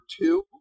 two